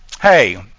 Hey